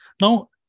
Now